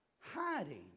hiding